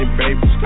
baby